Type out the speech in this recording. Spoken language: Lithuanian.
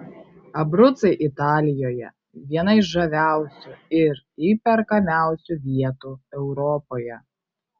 abrucai italijoje viena iš žaviausių ir įperkamiausių vietų europoje